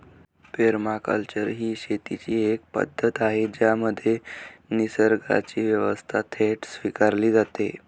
permaculture ही शेतीची एक पद्धत आहे ज्यामध्ये निसर्गाची व्यवस्था थेट स्वीकारली जाते